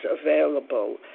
available